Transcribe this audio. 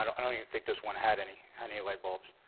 i don't think this one had any any light bulbs.